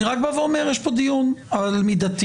אני רק בא ואומר שיש שפה דיון על מידתיות,